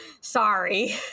Sorry